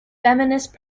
feminist